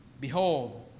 Behold